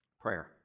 Prayer